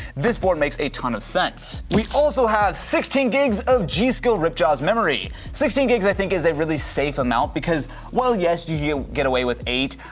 this board makes a ton of sense. we also have sixteen gigs of g skill ripjaws memory. sixteen gigs i think is a really safe amount because well yes you you get away with eight.